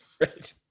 Right